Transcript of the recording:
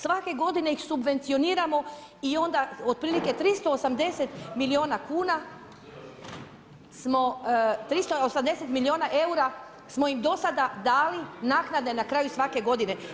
Svake godine ih subvencioniramo i onda otprilike 380 milijuna kuna, smo, 380 milijuna eura, smo im do sada dali naknade na kraju svake godine.